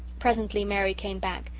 presently mary came back.